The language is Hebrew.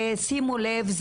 ששימו לב,